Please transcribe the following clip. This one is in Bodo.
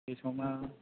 दिसकाउन्टआ